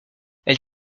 elle